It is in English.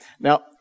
Now